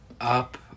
up